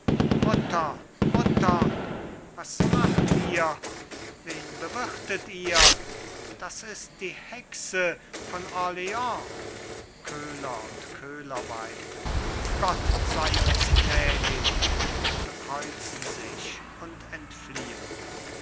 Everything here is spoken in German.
mutter mutter was macht ihr wen bewirtet ihr das ist die hexe von orleans köhler und köhlerweib gott sei uns gnädig bekreuzen sich und entfliehen